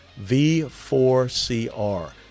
V4CR